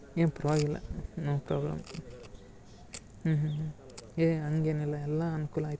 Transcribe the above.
ಏನೂ ಪರವಾಗಿಲ್ಲ no problem ಹ್ಞೂ ಹ್ಞೂ ಹ್ಞೂ ಏ ಹಂಗೇನಿಲ್ಲ ಎಲ್ಲ ಅನುಕೂಲ ಐತಿ